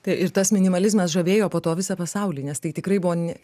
tai ir tas minimalizmas žavėjo po to visą pasaulį nes tai tikrai buvo ne